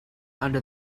under